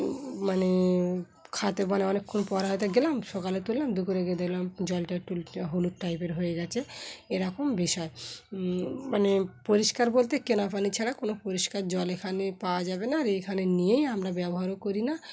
মানে খেতে মানে অনেকক্ষণ পরে হয়তো গেলাম সকালে তুললাম দুপুরে গিয়ে দেখলাম জলটা একটু হলুদ টাইপের হয়ে গেছে এরকম বিষয় মানে পরিষ্কার বলতে কেনা পানি ছাড়া কোনো পরিষ্কার জল এখানে পাওয়া যাবে না আর এখানে নিয়েই আমরা ব্যবহারও করি না